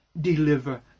deliver